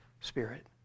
spirit